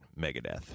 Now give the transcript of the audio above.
Megadeth